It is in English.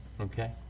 Okay